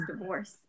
divorce